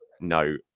no